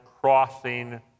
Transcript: crossing